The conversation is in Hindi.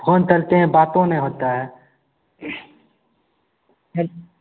फ़ोन करते हैं बातों नहीं होता है हैलो